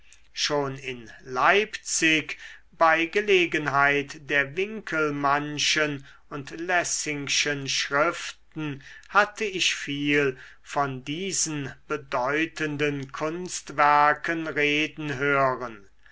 schon in leipzig bei gelegenheit der winckelmannschen und lessingschen schriften hatte ich viel von diesen bedeutenden kunstwerken reden hören